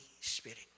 Spirit